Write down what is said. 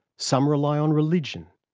some rely on religion,